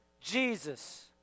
Jesus